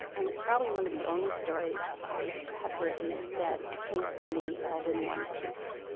and it's probably one of the only stories i have written that came to me all in one piece.